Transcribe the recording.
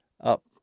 up